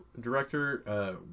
director